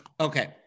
okay